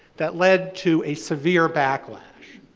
that led to a severe backlash.